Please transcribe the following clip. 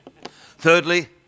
Thirdly